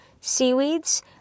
seaweeds